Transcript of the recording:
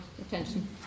attention